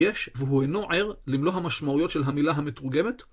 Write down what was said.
יש והוא אינו ער למלוא המשמעויות של המילה המתורגמת...